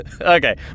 Okay